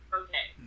okay